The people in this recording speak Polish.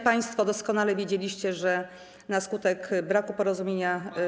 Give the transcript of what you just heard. Państwo doskonale widzieliście, że dzisiaj na skutek braku porozumienia.